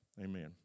Amen